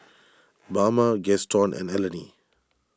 Bama Gaston and Eleni